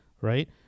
right